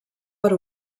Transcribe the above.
per